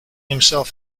himself